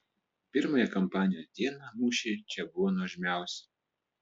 pirmąją kampanijos dieną mūšiai čia buvo nuožmiausi